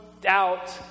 doubt